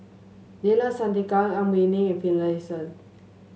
Neila Sathyalingam Ang Wei Neng and Finlayson